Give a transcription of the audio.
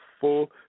full